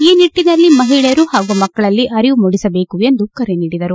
ಈ ನಿಟ್ಟನಲ್ಲಿ ಮಹಿಳೆಯರು ಹಾಗೂ ಮಕ್ಕಳಲ್ಲಿ ಅರಿವು ಮೂಡಿಸಬೇಕು ಎಂದು ಕರೆ ನೀಡಿದರು